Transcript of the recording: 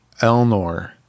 Elnor